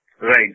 Right